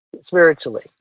spiritually